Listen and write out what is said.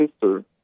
sister